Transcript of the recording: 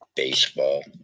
baseball